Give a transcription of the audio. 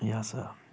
یا سا